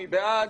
מי בעד?